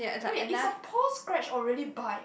wait its a paw scratch or really bite